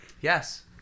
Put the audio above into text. Yes